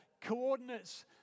coordinates